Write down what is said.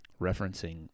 referencing